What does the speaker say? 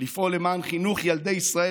לפעול למען חינוך ילדי ישראל,